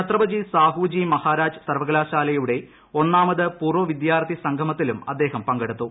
ഛത്രപതി സാഹു ജി മഹാരാജ് സർവകലാശാലയുടെ ഒന്നാമത് പൂർവ വിദ്യാർത്ഥി സംഗമത്തിലും അദ്ദേഹം പങ്കെടുത്തു